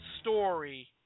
story